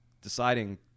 deciding